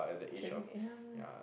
cherry ya